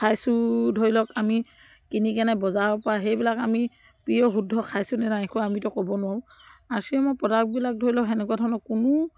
খাইছোঁ ধৰি লওক আমি কিনিকনে বজাৰৰপৰা সেইবিলাক আমি প্ৰিঅ' শুদ্ধ খাইছোঁ নে নাই খোৱা আমিতো ক'ব নোৱাৰোঁ আৰ চি এমৰ প্ৰডাক্টবিলাক ধৰি লওক সেনেকুৱা ধৰণৰ কোনো